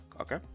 Okay